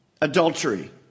adultery